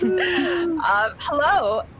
Hello